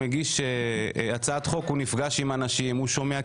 מגיש הצעת חוק הוא נפגש עם אנשים, הוא שומע.